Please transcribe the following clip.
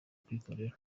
kwikorera